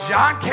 John